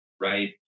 right